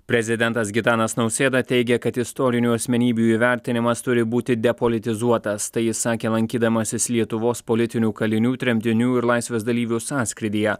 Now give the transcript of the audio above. prezidentas gitanas nausėda teigia kad istorinių asmenybių įvertinimas turi būti depolitizuotas tai jis sakė lankydamasis lietuvos politinių kalinių tremtinių ir laisvės dalyvių sąskrydyje